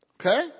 Okay